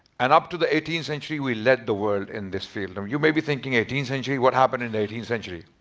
and up to the eighteenth century we led the world in this field. and you may be thinking eighteenth century? what happened the eighteenth century?